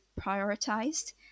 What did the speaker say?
prioritized